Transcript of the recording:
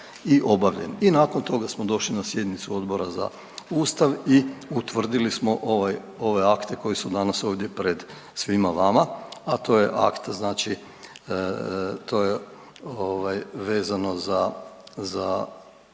I nakon toga smo došli na sjednicu Odbora za Ustav i utvrdili smo ove akte koji su danas ovdje pred svima vama, a to je akt to je vezano za